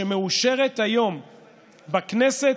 שמאושרת היום בכנסת,